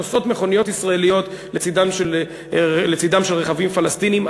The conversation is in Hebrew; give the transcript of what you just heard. נוסעות מכוניות ישראליות לצד רכבים פלסטינים,